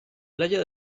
playa